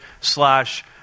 slash